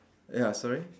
ya sorry